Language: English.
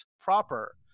proper